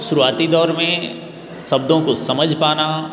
शुरुआती दौर में शब्दों को समझ पाना